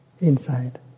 inside